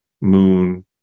moon